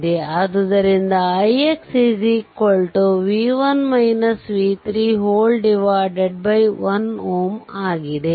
ಆದ್ದರಿಂದix 1 Ω ಆಗಿದೆ